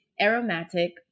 aromatic